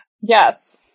Yes